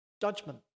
judgment